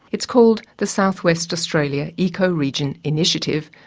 it's called the southwest australia ecoregion initiative,